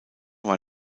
war